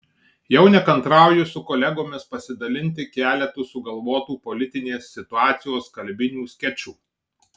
jau nekantrauju su kolegomis pasidalinti keletu sugalvotų politinės situacijos kalbinių skečų